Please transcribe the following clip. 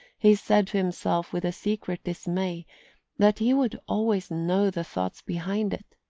he said to himself with a secret dismay that he would always know the thoughts behind it,